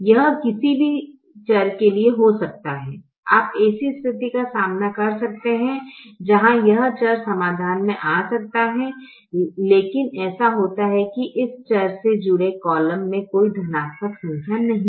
यह किसी भी चर के लिए हो सकता है आप ऐसी स्थिति का सामना कर सकते हैं जहां यह चर समाधान में आ सकता है लेकिन ऐसा होता है कि इस चर से जुड़े कॉलम में कोई धनात्मक संख्या नहीं है